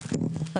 אותן.